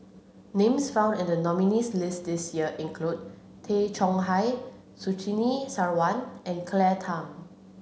names found in the nominees' list this year include Tay Chong Hai Surtini Sarwan and Claire Tham